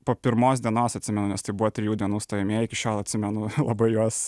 po pirmos dienos atsimenu nes tai buvo trijų dienų stojamieji iki šiol atsimenu labai juos